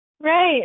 Right